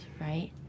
right